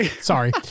Sorry